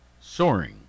soaring